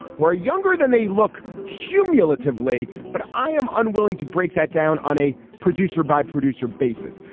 who are younger than they look cumulatively, but i am unwilling to break that down on a producer by producer basis.